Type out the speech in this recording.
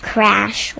Crash